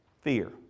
fear